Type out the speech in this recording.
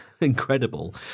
incredible